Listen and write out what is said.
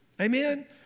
Amen